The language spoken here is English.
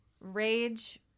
Rage